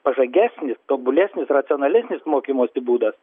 pažangesnis tobulesnis racionalesnis mokymosi būdas